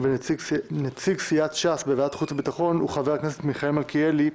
ונציג סיעת ש"ס בוועדת החוץ והביטחון הוא חבר הכנסת מיכאל מלכיאלי,